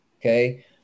okay